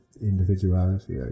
individuality